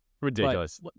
ridiculous